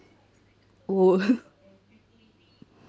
oh